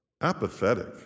Apathetic